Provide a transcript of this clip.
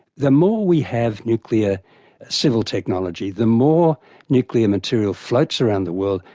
the more we have nuclear civil technology the more nuclear material floats around the world,